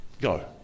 go